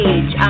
Age